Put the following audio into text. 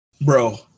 Bro